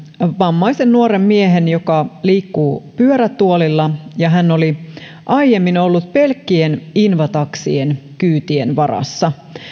vammaisen nuoren miehen joka liikkuu pyörätuolilla ja hän oli aiemmin ollut pelkkien invataksien kyytien varassa nyt